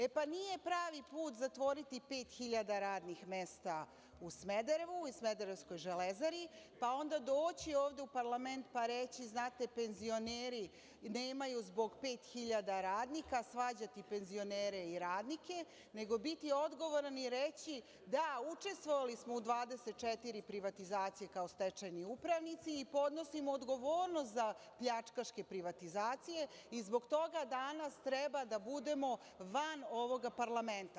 E, pa nije pravi put zatvoriti 5.000 radnih mesta u Smederevu i smederevskoj železari, pa onda doći ovde u parlament pa reći – znate, penzioneri nemaju zbog 5.000 radnika, pa svađati penzionere i radnike, nego biti odgovoran i reći – da, učestvovali smo u 24 privatizacije kao stečajni upravnici i podnosimo odgovornost za pljačkaške privatizacije i zbog danas treba da budemo van ovoga parlamenta.